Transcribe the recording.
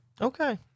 Okay